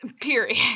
period